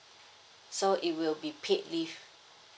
so it will be paid leave